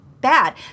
bad